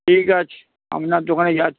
ঠিক আছে আপনার দোকানে যাচ্ছি